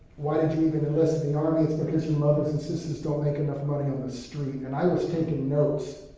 why did you even enlist in the army? it's because your mothers and sisters don't make enough money on the street. and i was taking notes,